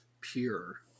pure